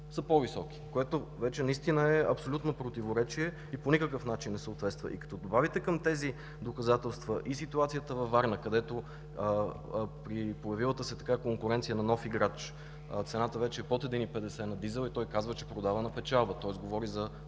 са по-високи, което вече е абсолютно противоречие и по никакъв начин не съответства. Като добавите към тези доказателства и ситуацията във Варна, където при появилата се конкуренция на нов играч цената вече е под 1,50 на дизела и той казва, че продава на печалба, тоест говори за